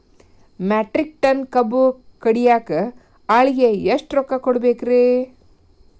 Metric tonne ಕಬ್ಬು ಕಡಿಯಾಕ ಆಳಿಗೆ ಎಷ್ಟ ರೊಕ್ಕ ಕೊಡಬೇಕ್ರೇ?